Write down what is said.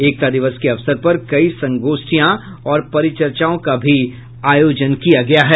एकता दिवस के अवसर पर कई संगोष्ठियों और परिचर्चाओं का भी आयोजन किया गया है